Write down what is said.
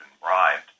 bribed